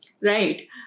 Right